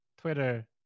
Twitter